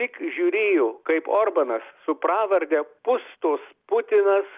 tik žiūrėjo kaip orbanas su pravarde pustus putinas